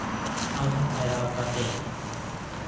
ᱟᱨᱩ ᱯᱷᱮᱨᱟᱣ ᱠᱟᱛᱮᱜ